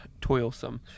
toilsome